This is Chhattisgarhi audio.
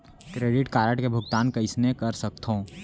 क्रेडिट कारड के भुगतान कईसने कर सकथो?